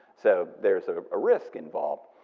so there's sort of a risk involved.